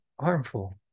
harmful